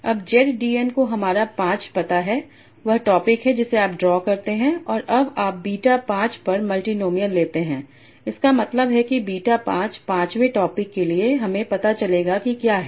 अब Z d n को हमारा 5 पता है वह टॉपिक है जिसे आप ड्रा करते हैं और अब आप बीटा 5 पर मल्टीनोमिअल लेते हैं इसका मतलब है कि बीटा 5 पांचवें टॉपिक के लिए हमें पता चलेगा कि क्या है